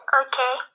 okay